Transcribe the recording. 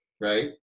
right